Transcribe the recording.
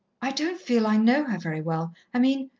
i don't feel i know her very well. i mean,